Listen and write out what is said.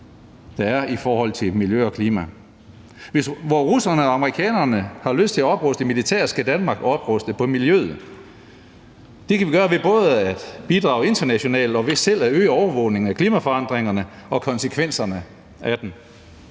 der er i forhold til miljø og klima. Mens russerne og amerikanerne har lyst til at opruste på militæret, skal Danmark opruste på miljøet. Det kan vi gøre ved både at bidrage internationalt og ved selv at øge overvågningen af klimaforandringerne og konsekvenserne af den.